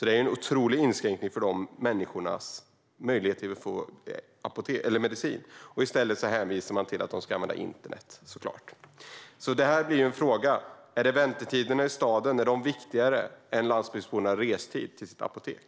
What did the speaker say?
Det är en otrolig inskränkning i dessa människors möjligheter att få medicin. Man hänvisar till att de i stället ska använda internet, såklart. Min fråga är: Är väntetiderna i staden viktigare än landsbygdsbornas restid för att komma till sitt apotek?